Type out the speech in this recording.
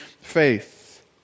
faith